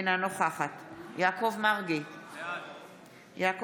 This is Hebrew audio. אינה נוכחת יעקב מרגי, בעד